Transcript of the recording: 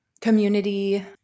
community